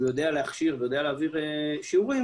יודע להכשיר ויודע להעביר שיעורים,